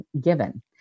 given